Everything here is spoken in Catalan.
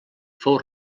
fou